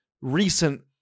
recent